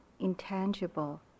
intangible